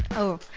oh.